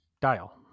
Dial